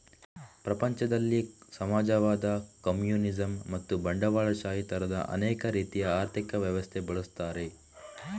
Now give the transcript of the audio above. ಪ್ರಪಂಚದಲ್ಲಿ ಸಮಾಜವಾದ, ಕಮ್ಯುನಿಸಂ ಮತ್ತು ಬಂಡವಾಳಶಾಹಿ ತರದ ಅನೇಕ ರೀತಿಯ ಆರ್ಥಿಕ ವ್ಯವಸ್ಥೆ ಬಳಸ್ತಾರೆ